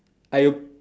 are you